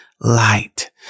Light